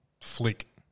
flick